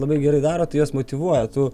labai gerai daro tai jos motyvuoja tu